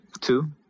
Two